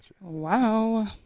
Wow